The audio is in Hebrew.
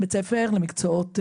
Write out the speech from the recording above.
בית ספר למקצועות.